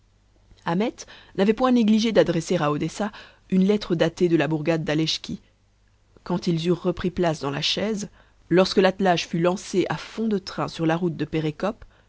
ahmet n'avait point négligé d'adresser à odessa une lettre datée de la bourgade d'aleschki quand ils eurent repris place dans la chaise lorsque l'attelage fut lancé à fond de train sur la route de